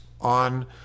on